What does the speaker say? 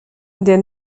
der